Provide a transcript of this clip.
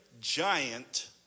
giant